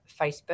Facebook